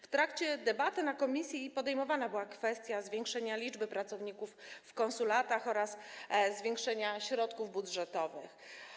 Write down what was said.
W trakcie debaty w komisji podejmowana była kwestia zwiększenia liczby pracowników w konsulatach oraz zwiększenia środków budżetowych.